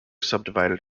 subdivided